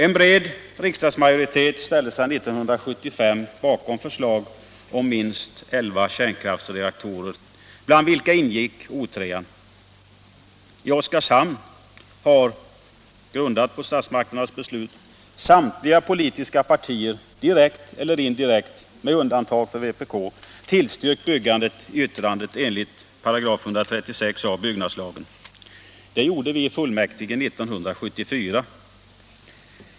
En bred riksdagsmajoritet ställde sig 1975 bakom förslag om minst elva kärnkraftsreaktorer, bland vilka ingick O 3. I Oskarshamn har — grundat på statsmakternas beslut — samtliga politiska partier direkt eller indirekt, med undantag för vpk, tillstyrkt byggandet i yttrande enligt 136a § byggnadslagen. Det gjorde vi i fullmäktige 1974.